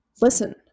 listen